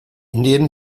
indian